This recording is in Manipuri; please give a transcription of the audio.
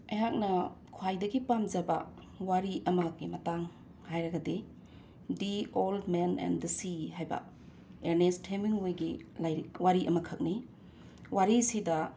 ꯑꯩꯍꯥꯛꯅ ꯈ꯭ꯋꯥꯏꯗꯒꯤ ꯄꯥꯝꯖꯕ ꯋꯥꯔꯤ ꯑꯃ ꯒꯤ ꯃꯇꯥꯡ ꯍꯥꯏꯔꯒꯗꯤ the old man and the sea ꯍꯥꯏꯕ ꯑꯦꯔꯅꯦꯁꯠ ꯍꯦꯃꯤꯡꯋꯦꯒꯤ ꯂꯥꯏꯔꯤꯛ ꯋꯥꯔꯤ ꯑꯃꯈꯛꯅꯤ ꯋꯥꯔꯤꯁꯤꯗ